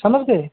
समझ गए